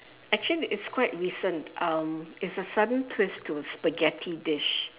actually it's quite recent um it's a sudden twist to a spaghetti dish